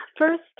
first